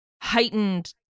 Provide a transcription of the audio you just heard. heightened